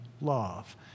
love